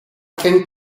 can